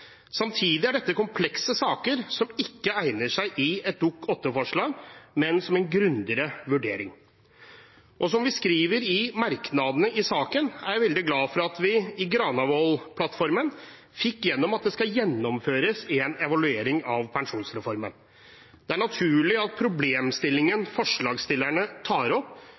Samtidig er dette komplekse saker som ikke egner seg som et Dokument 8-forslag, men som en grundigere vurdering. Som vi skriver i merknadene i saken, er jeg veldig glad for at vi i Granavolden-plattformen fikk gjennom at det skal gjennomføres en evaluering av pensjonsreformen. Det er naturlig at problemstillingen forslagsstillerne tar opp,